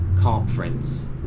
conference